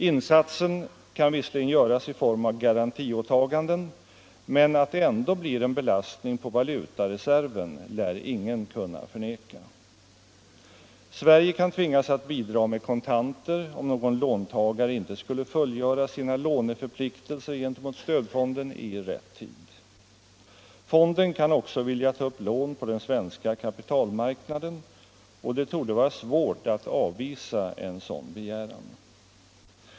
Insatsen kan visserligen göras i form av garantiåtaganden, men att det ändå blir en belastning på valutareserven lär ingen kunna förneka. Sverige kan tvingas bidra med kontanter om någon låntagare inte skulle fullgöra sina låneförpliktelser gentemot stödfonden i rätt tid. Fonden kan också vilja ta upp lån på den svenska kapitalmarknaden, och det torde vara svårt att avvisa en sådan begäran.